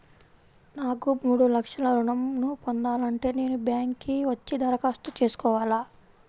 నాకు మూడు లక్షలు ఋణం ను పొందాలంటే నేను బ్యాంక్కి వచ్చి దరఖాస్తు చేసుకోవాలా?